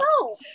no